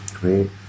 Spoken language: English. Great